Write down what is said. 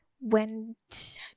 went